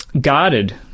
guarded